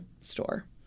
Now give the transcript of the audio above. store